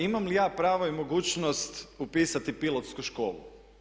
Imam li ja pravo i mogućnost upisati pilotsku školu?